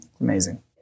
Amazing